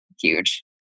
huge